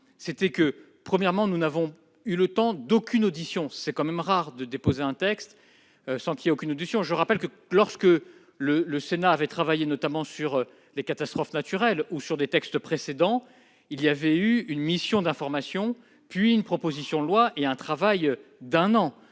faute de temps, nous n'avons fait aucune audition. C'est quand même rare de déposer et de voter un texte sans aucune audition. Je rappelle que, lorsque le Sénat avait travaillé, notamment, sur les catastrophes naturelles ou sur d'autres textes, il y avait eu une mission d'information, puis une proposition de loi et un travail d'un an.